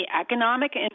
economic